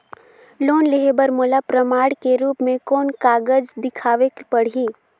Loan लेहे बर मोला प्रमाण के रूप में कोन कागज दिखावेक पड़ही?